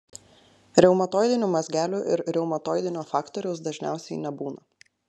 reumatoidinių mazgelių ir reumatoidinio faktoriaus dažniausiai nebūna